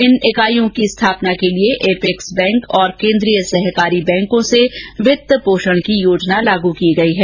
इन इकाइयों की स्थापना के लिए अपेक्स बैंक और केन्द्रीय सहकारी बैंकों से वित्त पोषण की योजना लागू की गई है